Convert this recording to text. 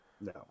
No